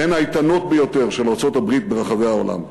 בין האיתנות ביותר של ארצות-הברית ברחבי העולם.